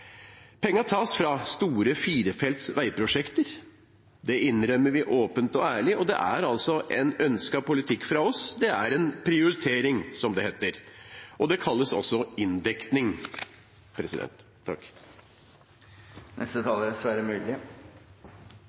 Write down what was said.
tas fra store firefelts veiprosjekter. Det innrømmer vi åpent og ærlig, og det er en ønsket politikk fra oss. Det er en prioritering, som det heter – og det kalles også inndekning.